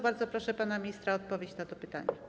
Bardzo proszę pana ministra o odpowiedź na to pytanie.